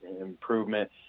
improvement